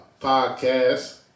podcast